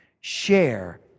share